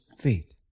feet